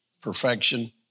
perfection